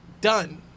Done